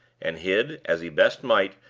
and hid, as he best might,